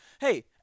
hey